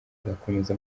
agakomeza